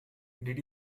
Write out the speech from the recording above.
did